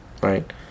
right